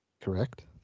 Correct